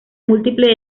múltiple